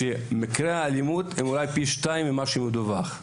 שמקרי האלימות הם אולי פי שניים ממה שמדווח.